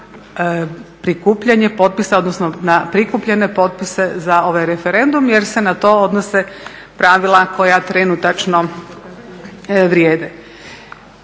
na prikupljene potpise za ovaj referendum jer se na to odnose pravila koja trenutačno vrijede.